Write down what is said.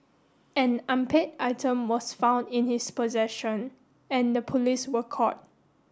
an unpaid item was found in his possession and the police were called